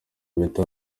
bita